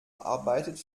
arbeitet